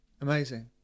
Amazing